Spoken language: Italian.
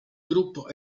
gruppo